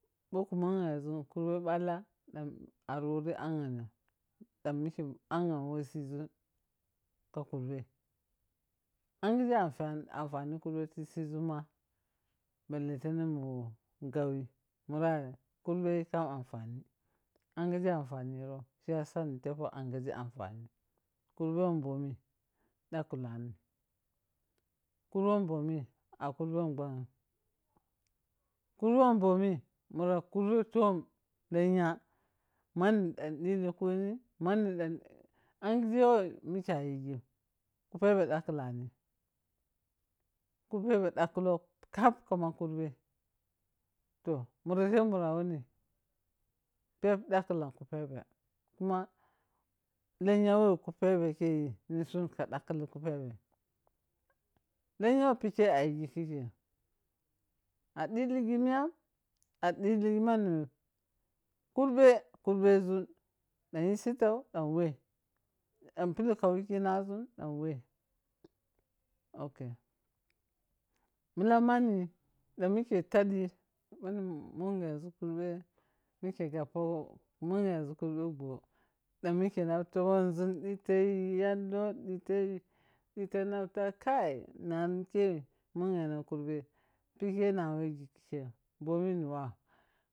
Ɓoh ku munghezun kurbe ɓalla ɗan ari wor anghenam da mike anghou wa sizun ka kurb ha anghege anfani kurben ballefene mu gabi murwin kurbei kam anfani anghigo anfani rom shiya sa ni tepo na anghege anfani mun karbe bhomi daghalani kurbe bomi a kerben ɓanshim, kurbe bhomi muro kurbe tom lenyo mani dan dili khani mani dan anghege weh wo mik a yighin ku pebe dakhalani ku pebe dakhula u kap kama kurbe. toh mura teb muna wuni? Peb dokhalan kupebe kuma lenya we tu kupebe keyi ni sun ta lakli kupebe keyi lenya wo pike ayeghi khikeyim a de lighu miyam a dilighi mani wem kurbe, kun bezun danyi sitau ɗan weh, ok milan mani ɗan mike tadi bhy munghezu kurbe meke peni munghe zur kurbe ɓhoo dan mike nab tomonzuo dayi yallo dilayi ta kai nano keyi manen a kurbe bha kurbe wona penom momim wau.